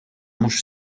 mhux